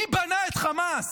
מי בנה את חמאס?